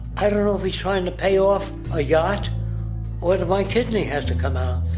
i don't know if he's trying to pay off a yacht or that my kidney has to come out.